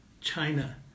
china